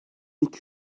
iki